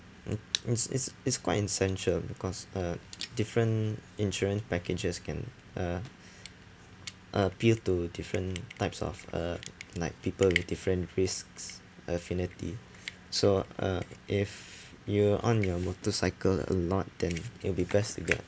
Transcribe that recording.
mm it's it's it's quite essential because uh different insurance packages can uh appeal to different types of uh like people with different risks affinity so uh if you are on your motorcycle a lot then it will be best to get